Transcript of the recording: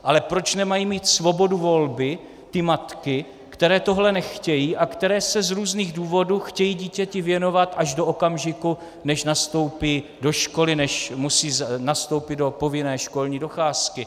Ale proč nemají mít svobodu volby matky, které tohle nechtějí a které se z různých důvodů chtějí dítěti věnovat až do okamžiku, než nastoupí do školy, než musí nastoupit do povinné školní docházky?